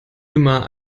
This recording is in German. immer